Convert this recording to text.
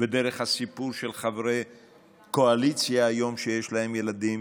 ודרך הסיפור של חברי קואליציה היום שיש להם ילדים